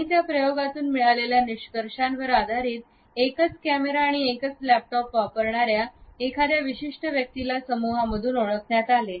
आणि त्या प्रयोगातून मिळालेल्या निष्कर्षांवर आधारित एकच कॅमेरा आणि एकच लॅपटॉप वापरणाऱ्या एखाद्या विशिष्ट व्यक्तीला समुहा मधून ओळखण्यात आले